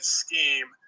scheme